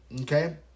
okay